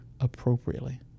appropriately